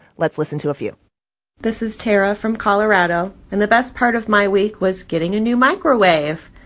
let's listen to a few this is tara from colorado. and the best part of my week was getting a new microwave.